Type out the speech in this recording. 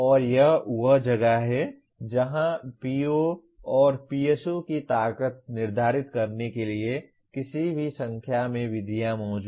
और यह वह जगह है जहां POPSO की ताकत निर्धारित करने के लिए किसी भी संख्या में विधियां मौजूद हैं